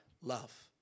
Love